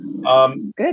good